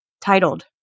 Titled